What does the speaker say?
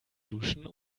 duschen